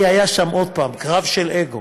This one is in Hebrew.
כי היה שם, עוד פעם, קרב של אגו: